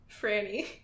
Franny